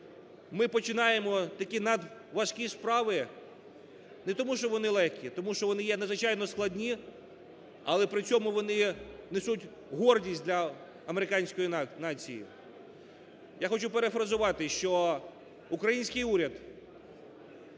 "ми починаємо такі надважкі справи не тому, що вони легкі, а тому, що вони є надзвичайно складні, але при цьому вони несуть гордість для американської нації". Я хочу перефразувати, що український уряд,